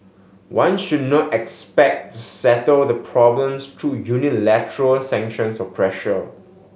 one should not expect to settle the problems through unilateral sanctions or pressure